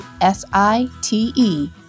S-I-T-E